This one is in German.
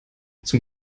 zum